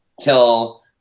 till